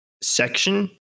section